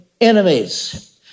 enemies